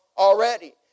already